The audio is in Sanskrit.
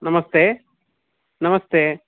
नमस्ते नमस्ते